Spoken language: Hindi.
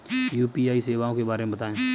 यू.पी.आई सेवाओं के बारे में बताएँ?